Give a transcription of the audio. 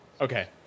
Okay